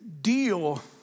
Deal